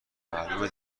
معلومه